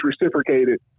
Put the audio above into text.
reciprocated